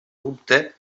dubte